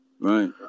Right